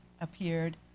appeared